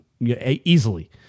easily